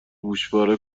گوشواره